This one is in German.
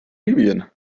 libyen